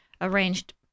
arranged